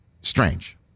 strange